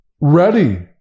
ready